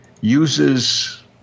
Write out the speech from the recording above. uses